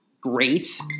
great